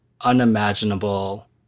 unimaginable